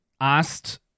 asked